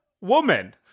woman